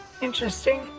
Interesting